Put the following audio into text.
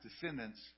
descendants